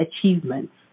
achievements